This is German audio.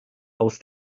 aus